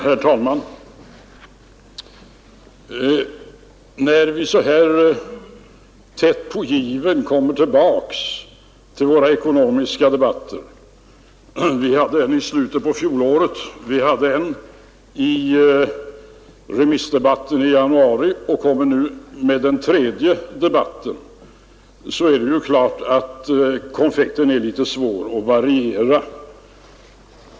Herr talman! När vi så här tätt på given kommer tillbaka till våra ekonomiska debatter — vi hade en i slutet av fjolåret, vi hade en i remissdebatten i januari och kommer nu med den tredje debatten — är det klart att konfekten är litet svår att variera.